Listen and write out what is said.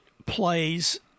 plays